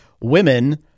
women